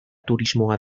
turismoa